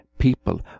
people